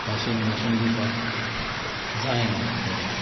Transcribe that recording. भाशेन भाशन दिवपाक जायना घडये